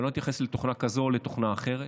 ולא אתייחס לתוכנה כזו לתוכנה אחרת,